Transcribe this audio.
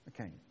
okay